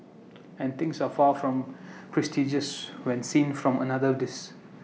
and things are far from prestigious when seen from another this